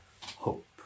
hope